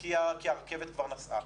כי הרכבת כבר נסעה.